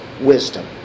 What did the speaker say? wisdom